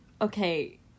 okay